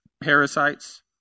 Parasites